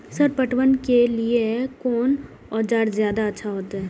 Sir पटवन के लीऐ कोन औजार ज्यादा अच्छा होते?